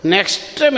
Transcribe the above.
Next